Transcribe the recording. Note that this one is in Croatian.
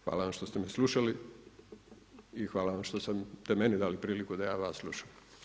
Hvala vam što ste me slušali i hvala vam što ste meni dali priliku da ja vas slušam.